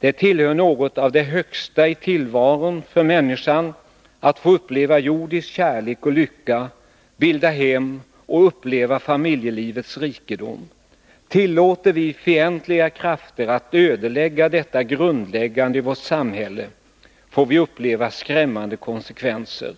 Det är något av det högsta i tillvaron för människan att få uppleva jordisk kärlek och lycka, bilda hem och uppleva familjelivets rikedom. Tillåter vi fientliga krafter att ödelägga detta grundläggande i vårt samhälle, får vi uppleva skrämmande konsekvenser.